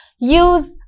use